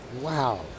Wow